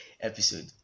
Episode